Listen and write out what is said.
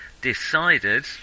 decided